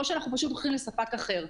או שאנחנו הולכים לספק אחר.